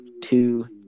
two